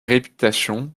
réputation